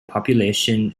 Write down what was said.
population